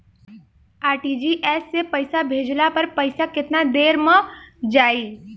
RTGS से पईसा भेजला पर पईसा केतना देर म जाई?